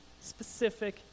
specific